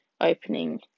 opening